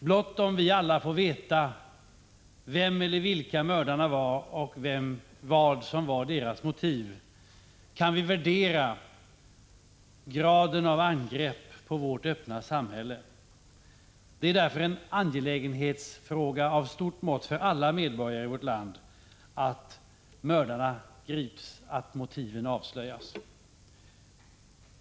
Blott om vi alla får veta vem eller vilka mördaren eller mördarna var och vad som var motivet, kan vi värdera graden av angrepp på vårt öppna samhälle. Det är därför en angelägenhetsfråga av stort mått för alla medborgare att mördaren grips och motiven avslöjas.